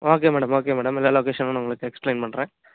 okay madam okay madam இந்த location நான் வந்து உங்களுக்கு எக்ஸ்ப்ளைன் பண்ணுறேன்